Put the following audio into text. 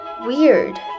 Weird